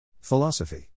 Philosophy